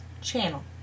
channel